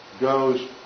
goes